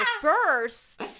first